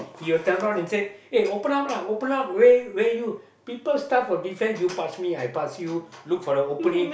he will come down and say open up lah open up where where you people style of defense you pass me I pass you look for the opening